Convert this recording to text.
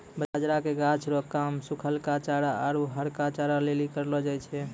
बाजरा के गाछ रो काम सुखलहा चारा आरु हरका चारा लेली करलौ जाय छै